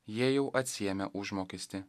jie jau atsiėmė užmokestį